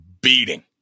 beating